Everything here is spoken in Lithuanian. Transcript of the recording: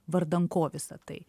vardan ko visa tai